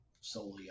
solely